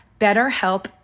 BetterHelp